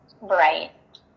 Right